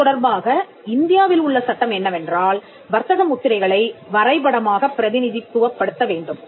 இது தொடர்பாக இந்தியாவில் உள்ள சட்டம் என்னவென்றால் வர்த்தக முத்திரைகளை வரைபடமாகப் பிரதிநிதித்துவப்படுத்த வேண்டும்